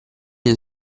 nei